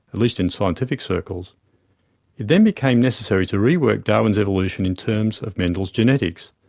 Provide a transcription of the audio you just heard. least in scientific circles. it then became necessary to rework darwin's evolution in terms of mendel's genetics.